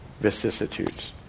vicissitudes